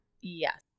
Yes